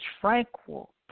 tranquil